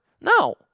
No